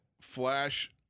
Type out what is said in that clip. Flash